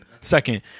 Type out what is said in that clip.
Second